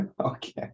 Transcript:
okay